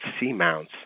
seamounts